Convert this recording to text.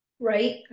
Right